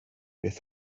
beth